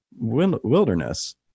wilderness